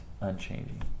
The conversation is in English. unchanging